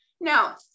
Now